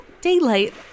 daylight